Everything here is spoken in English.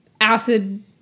acid